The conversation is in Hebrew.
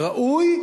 ראוי,